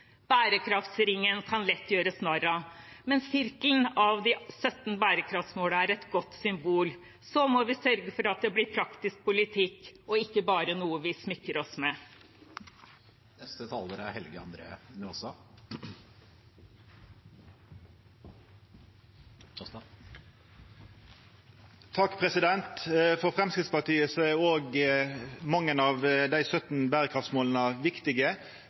lett å gjøre narr av bærekraftsringen, men sirkelen bestående av de 17 bærekraftsmålene er et godt symbol. Så må vi sørge for at det blir praktisk politikk og ikke bare noe vi smykker oss med. For Framstegspartiet er òg mange av dei 17 berekraftsmåla viktige. Me finn veldig mykje av